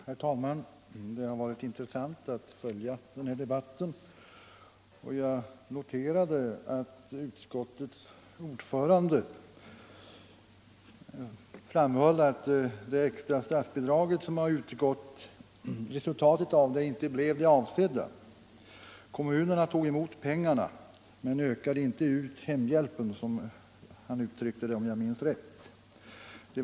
Herr talman! Det har varit intressant att följa denna debatt. Jag noterade att utskottets ordförande framhöll att resultatet av det extra statsbidrag som har utgått inte blev det avsedda. Kommunerna tog emot pengarna men ökade inte ut hemhjälpen, som han uttryckte det om jag minns rätt.